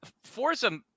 Forza